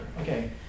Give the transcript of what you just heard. Okay